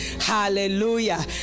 Hallelujah